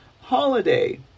holiday